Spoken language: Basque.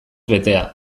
betea